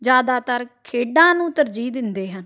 ਜ਼ਿਆਦਾਤਰ ਖੇਡਾਂ ਨੂੰ ਤਰਜੀਹ ਦਿੰਦੇ ਹਨ